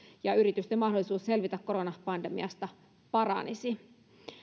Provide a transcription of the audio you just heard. ja yritysten mahdollisuudet selvitä koronapandemiasta paranisivat